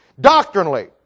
Doctrinally